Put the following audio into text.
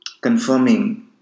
confirming